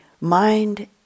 mind